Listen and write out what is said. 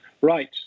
right